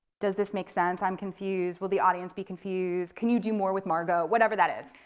does this make sense? i'm confused, will the audience be confused? can you do more with margot? whatever that is.